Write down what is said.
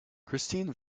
christine